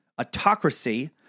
autocracy